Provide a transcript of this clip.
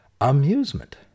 amusement